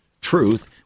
truth